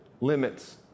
limits